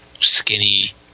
skinny